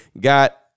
got